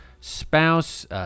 spouse